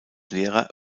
lehrer